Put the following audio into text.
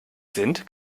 sind